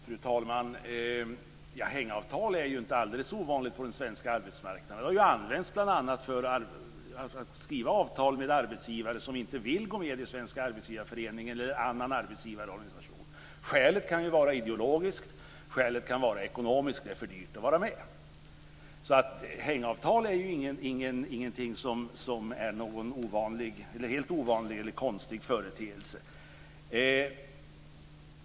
Fru talman! Hängavtal är ju inte alldeles ovanligt på den svenska arbetsmarknaden. Det har använts bl.a. för att skriva avtal med arbetsgivare som inte vill gå med i Svenska Arbetsgivareföreningen eller i någon annan arbetsgivarorganisation. Skälet kan vara ideologiskt eller ekonomiskt, att det är för dyrt att vara med. Hängavtal är ju inte någon helt ovanlig eller konstig företeelse.